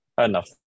enough